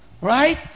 right